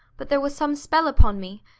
but there was some spell upon me,